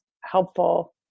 helpful –